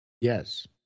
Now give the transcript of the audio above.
Yes